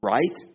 Right